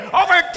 over